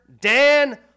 Dan